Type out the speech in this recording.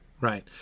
Right